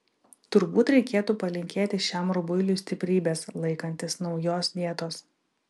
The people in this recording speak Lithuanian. turbūt reikėtų palinkėti šiam rubuiliui stiprybės laikantis naujos dietos